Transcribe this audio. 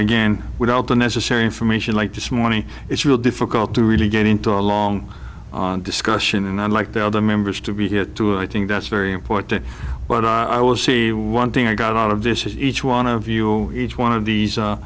again without the necessary information like this morning it's real difficult to really get into a long discussion and i'd like the other members to be here too i think that's very important but i will see one thing i got out of this is each one of you each one of these